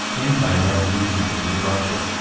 anti-revolutionism in russia.